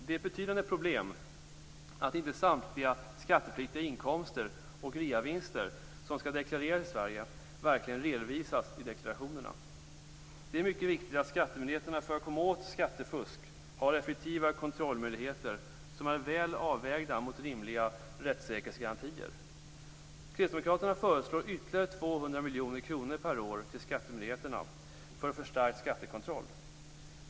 Det är ett betydande problem att inte samtliga skattepliktiga inkomster och reavinster som skall deklareras i Sverige verkligen redovisas i deklarationerna. Det är mycket viktigt att skattemyndigheterna, för att komma åt skattefusk, har effektiva kontrollmöjligheter som är väl avvägda mot rimliga rättssäkerhetsgarantier. Kristdemokraterna föreslår ytterligare 200 miljoner kronor per år till skattemyndigheterna för att få en förstärkt skattekontroll.